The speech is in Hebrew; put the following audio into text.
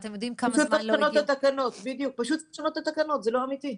פשוט צריך לשנות את התקנות, זה לא אמיתי.